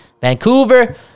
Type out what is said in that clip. Vancouver